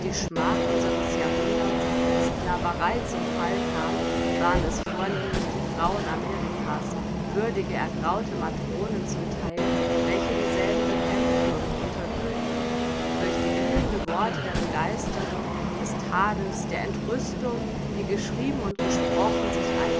schmach unseres jahrhunderts die sclaverei zum falle kam waren es vornehmlich die frauen amerika's würdige ergraute matronen zum theil welche dieselbe bekämpften und unterwühlten durch glühende worte der begeisterung des tadels der entrüstung die geschrieben und gesprochen sich